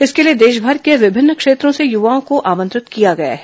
इसके लिए देशभर के विभिन्न क्षेत्रों से युवाओं को आमंत्रित किया गया है